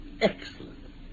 Excellent